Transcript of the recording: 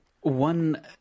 One